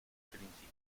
principio